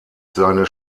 seine